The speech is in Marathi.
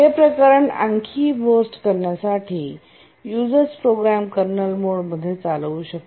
हे प्रकरण आणखी व्होर्स्ट करण्यासाठीयुजर्स प्रोग्राम कर्नल मोडमध्ये चालवू शकतो